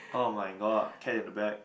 [oh]-my-god cat in the bag